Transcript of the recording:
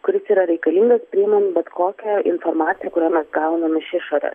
kuris yra reikalingas priimant bet kokią informaciją kurią mes gaunam iš išorės